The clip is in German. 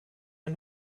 ein